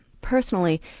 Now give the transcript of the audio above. Personally